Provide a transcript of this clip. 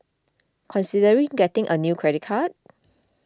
considering getting a new credit card